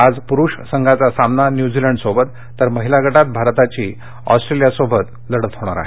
आज पुरुष संघाचा सामना न्यूझीलंडशसोबत होणार असून महिला गटात भारताची ऑस्ट्रेलियासोबत लढत होणार आहे